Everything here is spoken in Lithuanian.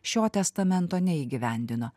šio testamento neįgyvendino